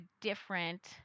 different